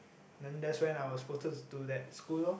then that's when I was posted to that school lor